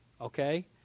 okay